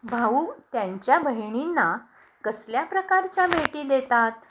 भाऊ त्यांच्या बहिणींना कसल्या प्रकारच्या भेटी देतात